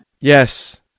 Yes